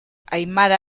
aimara